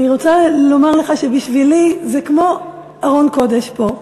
אני רוצה לומר לך שבשבילי זה כמו ארון קודש פה.